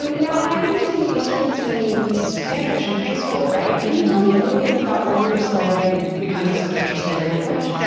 you know i understand that you started studying spanish in high school. can you tell me a little bit about when you started becoming so interested in language?